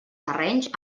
terrenys